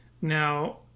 Now